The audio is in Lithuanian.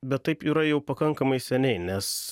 bet taip yra jau pakankamai seniai nes